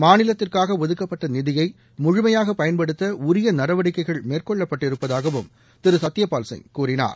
மாநிலத்திற்காக ஒதுக்கப்பட்ட நிதியை முழுமையாக பயன்படுத்த உரிய நடவடிக்கைகள் மேற்கொள்ளப்பட்டிருப்பதாகவும் திரு சத்யபால்சிங் கூறினார்